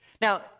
Now